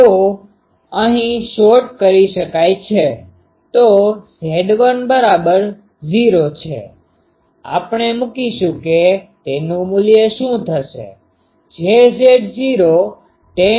તો અહીં આ અહીં શોર્ટ કરી શકાય છે તો Z l 0 છેઆપણે મૂકીશું કે તેનું મૂલ્ય શું થશે jz0tan k0 l2